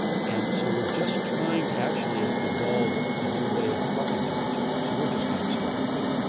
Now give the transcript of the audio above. and so we're just trying to actually evolve a new way of talking to each other, so we're just getting started on and